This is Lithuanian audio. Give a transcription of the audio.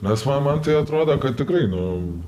nes ma man tai atrodo kad tikrai nu